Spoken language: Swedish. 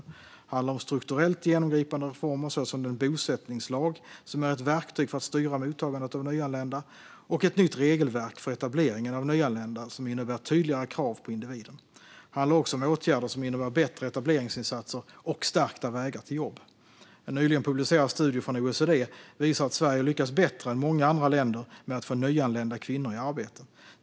Det handlar om strukturellt genomgripande reformer såsom den bosättningslag som är ett verktyg för att styra mottagandet av nyanlända och ett nytt regelverk för etableringen av nyanlända som innebär tydligare krav på individen. Det handlar också om åtgärder som innebär bättre etableringsinsatser och stärkta vägar till jobb. En nyligen publicerad studie från OECD visar att Sverige lyckas bättre än många andra länder med att få nyanlända kvinnor i arbete.